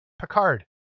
Picard